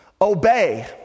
obey